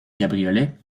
cabriolet